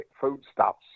foodstuffs